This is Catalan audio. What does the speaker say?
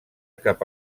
cap